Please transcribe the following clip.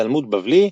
תלמוד בבלי,